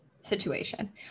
situation